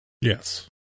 Yes